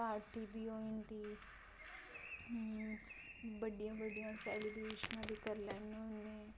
party बी होई जंदी बड्डियां बड्डियां सैलीब्रेशनां बी करी लैने होन्नें